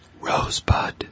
Rosebud